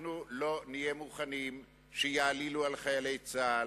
אנחנו לא נהיה מוכנים שיעלילו על חיילי צה"ל.